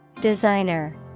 Designer